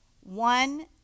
one